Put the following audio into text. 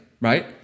right